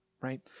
Right